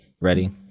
ready